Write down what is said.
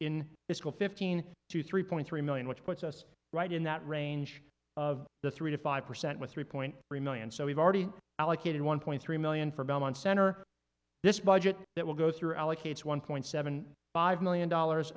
school fifteen to three point three million which puts us right in that range of the three to five percent with three point three million so we've already allocated one point three million for belmont center this budget that will go through allocates one point seven five million dollars